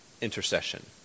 intercession